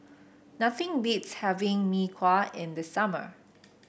nothing beats having Mee Kuah in the summer